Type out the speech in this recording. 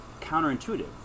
counterintuitive